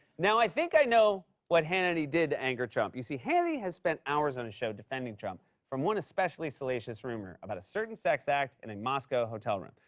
now, i think i know what hannity did to anger trump. you see, hannity has spent hours on his show defending trump from one especially salacious rumor about a certain sex act in a moscow hotel room,